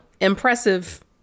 impressive